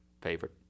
favorite